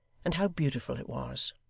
and how beautiful it was!